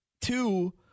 Two